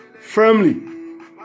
firmly